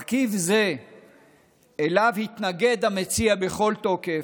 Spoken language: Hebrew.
למרכיב זה המציע התנגד בכל תוקף,